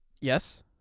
Yes